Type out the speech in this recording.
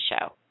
show